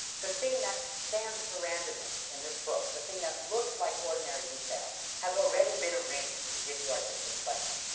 the thing that stands for randomness in this book, the thing that looks like ordinary detail, has already been arranged to give you artistic pleasure.